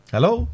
Hello